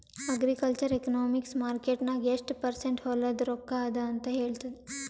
agricultural economics market ನಾಗ್ ಎಷ್ಟ percent ಹೊಲಾದು ರೊಕ್ಕಾ ಅದ ಅಂತ ಹೇಳ್ತದ್